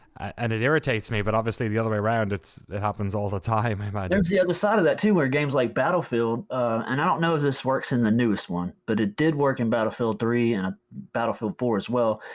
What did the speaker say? and it irritates me, but obviously the other way round it happens all the time, i um imagine. there's the other side of that too, where games like battlefield, and i don't know if this works in the newest one, but it did work in battlefield three and battlefield four, as well.